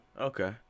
Okay